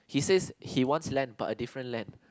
he says he wants land but a different land